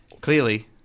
clearly